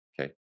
okay